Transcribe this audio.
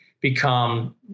become